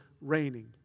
raining